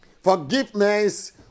forgiveness